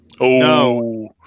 No